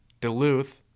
Duluth